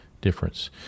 difference